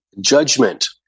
Judgment